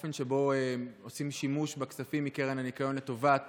מהאופן שבו עושים שימוש בכספים מקרן הניקיון לטובת